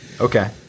Okay